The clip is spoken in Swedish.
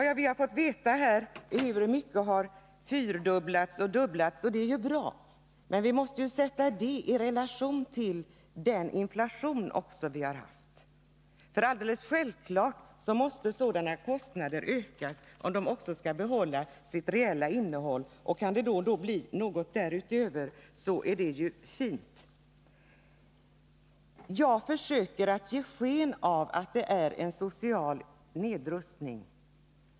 Vi har fått veta att olika anslag har fördubblats eller fyrdubblats. Det är ju bra. Men det måste sättas i relation till den inflation vi haft. Det är alldeles självklart att sådana kostnader måste öka, om bidragen skall behålla sitt reella innehåll. Kan det då bli något därutöver är det ju fint. Karin Söder säger att jag försöker ge sken av att det är fråga om en social nedrustning.